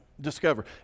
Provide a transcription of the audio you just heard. discover